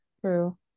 true